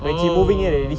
orh